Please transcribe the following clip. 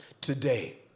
today